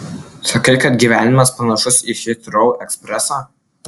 sakai kad gyvenimas panašus į hitrou ekspresą